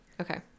okay